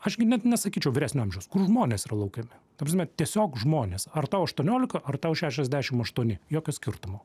aš gi net nesakyčiau vyresnio amžiaus kur žmonės yra laukiami ta prasme tiesiog žmonės ar tau aštuoniolika ar tau šešiasdešim aštuoni jokio skirtumo